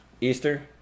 Easter